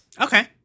Okay